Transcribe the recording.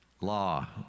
law